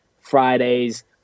Fridays